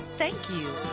thank you.